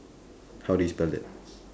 how do you spell that